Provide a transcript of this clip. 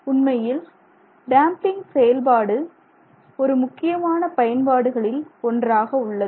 உண்மையில் டேம்பிங் செயல்பாடு ஒரு முக்கியமான பயன்பாடுகளில் ஒன்றாக உள்ளது